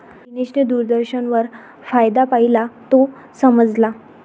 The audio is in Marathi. दिनेशने दूरदर्शनवर फायदा पाहिला, तो समजला